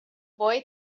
boy